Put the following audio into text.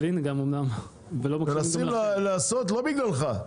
מנסים לעשות לא בגללך,